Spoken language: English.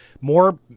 more